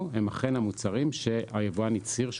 לישראל הם אכן המוצרים שהיבואן הצהיר עליהם.